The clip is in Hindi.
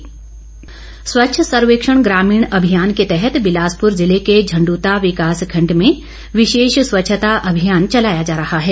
स्वच्छ सर्वेक्षण स्वच्छ सर्वेक्षण ग्रामीण अभियान के तहत बिलासपुर ज़िले के झण्डूता विकास खंड में विशेष स्वच्छता अभियान चलाया जा रहा है